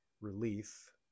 relief